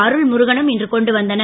அருள்முருகனும் இன்று கொண்டு வந்தனர்